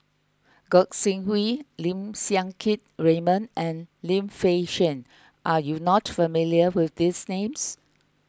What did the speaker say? Gog Sing Hooi Lim Siang Keat Raymond and Lim Fei Shen are you not familiar with these names